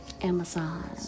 Amazon